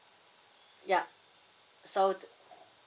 yup so